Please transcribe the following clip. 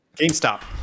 GameStop